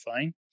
fine